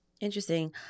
Interesting